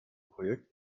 projekt